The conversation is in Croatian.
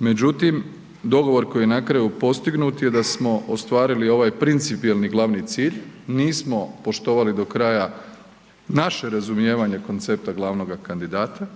Međutim, dogovor koji je na kraju postignut je da smo ostvarili ovaj principijelni glavni cilj, nismo poštovali do kraja naše razumijevanje koncepta glavnoga kandidata,